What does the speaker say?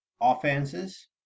offenses